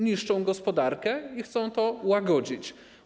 Niszczą gospodarkę i chcą to łagodzić.